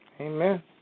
Amen